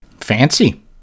Fancy